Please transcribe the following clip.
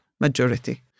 majority